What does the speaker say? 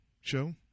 show